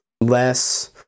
less